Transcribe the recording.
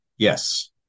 Yes